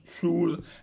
shoes